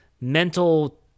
mental